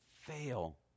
fail